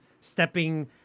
stepping